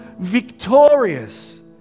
victorious